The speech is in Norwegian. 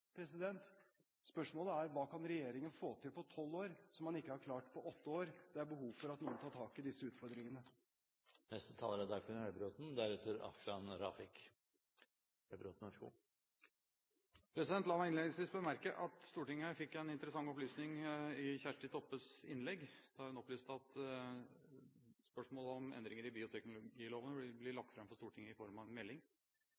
Spørsmålet er: Hva kan regjeringen få til på tolv år som man ikke har klart på åtte år? Det er behov for at noen tar tak i disse utfordringene. La meg innledningsvis bemerke at Stortinget fikk en interessant opplysning i Kjersti Toppes innlegg. Hun opplyste at spørsmålet om endringer i bioteknologiloven vil bli